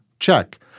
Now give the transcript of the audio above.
Check